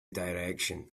direction